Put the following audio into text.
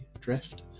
drift